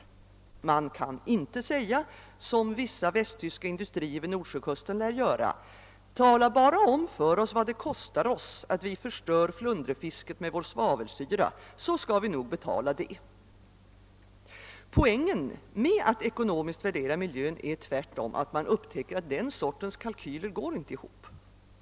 Man kan inte säga som vissa västtyska industrier vid Nordsjökusten lär göra: »Tala bara om för oss vad det kostar att vi förstör flundrefisket med vår svavelsyra, så skall vi nog betala det!» Poängen med att ekonomiskt värdera miljön är tvärtom att man upptäcker att den sortens kalkyler inte går ihop.